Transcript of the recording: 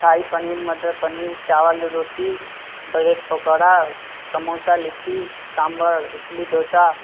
शाही पनीर मटर पनीर चावल रोटी बरेड पकौड़ा समोसा लिट्टी सांबर इडली डोसा